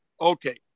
Okay